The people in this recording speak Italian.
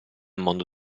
mondo